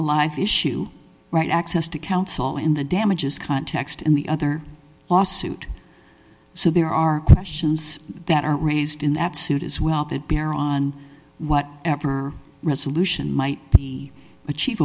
a life issue right access to counsel and the damages context in the other lawsuit so there are questions that are raised in that suit as well that bear on what after resolution might be achiev